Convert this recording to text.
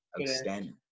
outstanding